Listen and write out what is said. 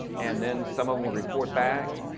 and then someone will report back,